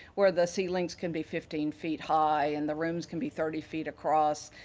where the ceilings can be fifteen feet high and the rooms can be thirty feet across.